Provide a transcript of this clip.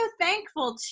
thankful